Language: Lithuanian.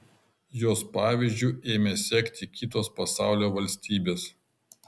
jos pavyzdžiu ėmė sekti kitos pasaulio valstybės